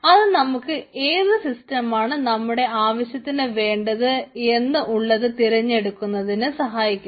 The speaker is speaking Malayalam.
അത് നമുക്ക് ഏതു സിസ്റ്റമാണ് നമ്മുടെ ആവശ്യത്തിന് വേണ്ടത് എന്ന് ഉള്ളത് തിരഞ്ഞെടുക്കുന്നതിന് സഹായിക്കുന്നു